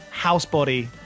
housebody